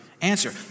answer